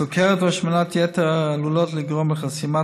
הסוכרת והשמנת היתר עלולות לגרום לחסימת